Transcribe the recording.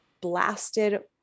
blasted